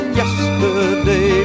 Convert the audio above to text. yesterday